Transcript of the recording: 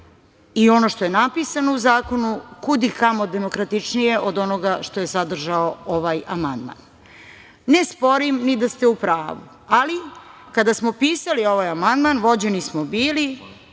i ono što je napisano u zakonu kudikamo demokratičnije od onoga što je sadržao ovaj amandman. Ne sporim ni da ste u pravu, ali kada smo pisali ovaj amandman vođeni smo bili